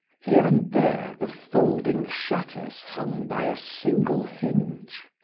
here and there the folding shutters hung by a single hinge.